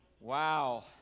Wow